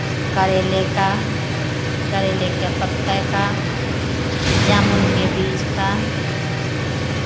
करेले का करेले के पत्ते का जामुन के बीज का